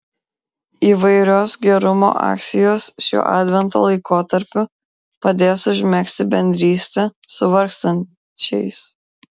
įvairios gerumo akcijos šiuo advento laikotarpiu padės užmegzti bendrystę su vargstančiais